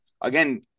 again